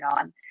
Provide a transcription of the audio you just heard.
on